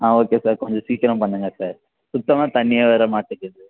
ஆ okay sir கொஞ்சம் சீக்கிரம் பண்ணுங்கள் சார் சுத்தமாக தண்ணியே வரமாட்டுக்குது